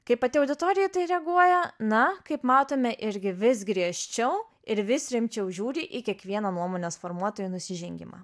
kaip pati auditorija į tai reaguoja na kaip matome irgi vis griežčiau ir vis rimčiau žiūri į kiekvieną nuomonės formuotojų nusižengimą